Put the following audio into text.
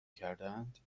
کردهاند